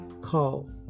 Call